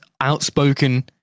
outspoken